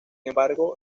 embargo